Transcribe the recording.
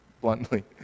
bluntly